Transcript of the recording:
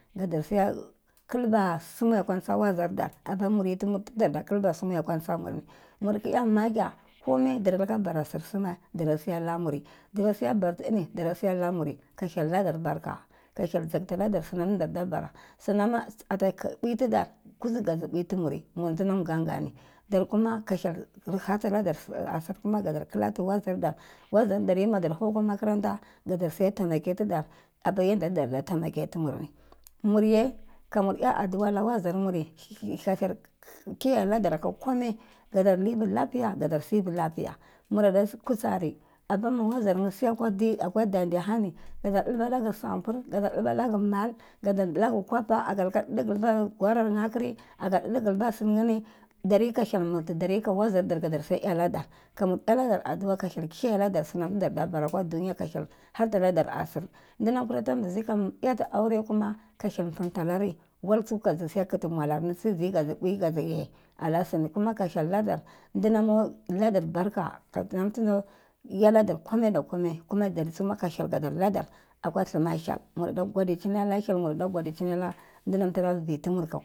Darta siya kilba sunye akwa tsar wazar dar apa murye tu murada kuba sunye akwa tsa muriniu murki iya magya komai dar lika bara sir sumae darda siya la muri dara siya bart ini dara siya la muri, ka hyel ladar barka ka hyel jakta ladar sunam darda bara sunam ma ata bui tidar kuzi kazi bui tumuri mondinam gangani. Darkuma ka hyel hatiladar asar kuma gadar klatu wazardar, wazardarye madar hau kwa makranta darta siye taimake tidar apa yandaye taimake tumuri, murye kamur iya adua la wazarmuri ka hyel kiyaye ladar ka komai dadar livi lafiya dadar sivi lafiya, murada kutsari apamu wazarnye siyakwa dandi hani darda ɗilba lag sampur darda lag mal darda lag kwapa ag lika dilba gwaranye akri aga sinyeni, dare ka hyel murti dare ka mazardar kadar siya iya ladar kamur iya ladar adu'a ka hyel kiyaye ladar sunam tu darda bara kwa dunya ka hyel harta ladar asir. Dinam kuratan buzi kamu iyata aure kuma ka bhyel pulnta lari wal tsu kazu siya kitu mualarni tsu ziye kazu bui kazu yeh ala sirni, kuma ka hyel ladar dinam ladar barka namtu yeladar komai da komai kuma dar tsuma ka hyel ladar akwa tuuma hyel murda godicini la hyel murda godicini la dinama tara vei tumur